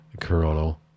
coronal